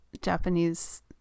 Japanese